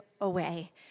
away